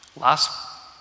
last